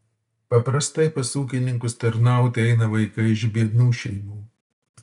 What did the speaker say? paprastai pas ūkininkus tarnauti eina vaikai iš biednų šeimų